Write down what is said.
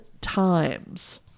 times